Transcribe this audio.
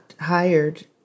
hired